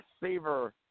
receiver